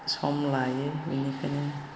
सम लायो बेनिखायनो